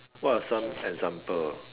what are some example